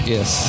Yes